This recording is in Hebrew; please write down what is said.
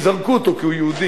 זרקו אותו כי הוא יהודי.